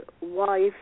wife